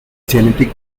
genetic